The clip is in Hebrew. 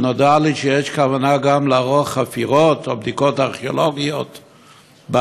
נודע לי שיש כוונה גם לערוך חפירות או בדיקות ארכיאולוגיות באתר,